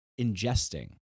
ingesting